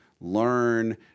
learn